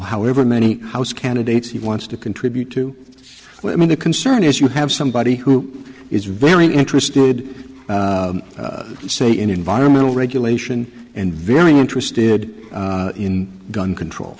however many house candidates he wants to contribute to and i mean the concern is you have somebody who is very interested say in environmental regulation and very interested in gun control